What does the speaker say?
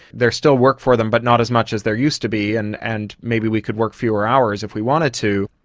there's still work for them but not as much as there used to be and and maybe we could work fewer hours if we wanted to.